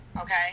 okay